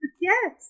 yes